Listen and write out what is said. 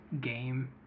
game